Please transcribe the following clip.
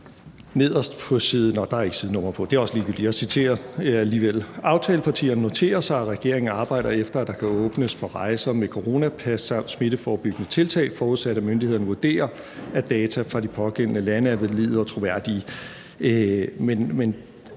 »Aftalepartierne noterer sig, at regeringen arbejder efter, at der kan åbnes for rejse med coronapas samt smitteforebyggende tiltag – forudsat, at myndighederne vurderer, at data fra de pågældende lande er valide og troværdige.«